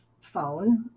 phone